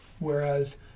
whereas